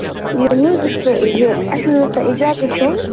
مےٚ حظ اوس یہِ اَسہِ حظ اوس تۄہہِ اِجازت ہٮ۪ون